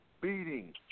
beating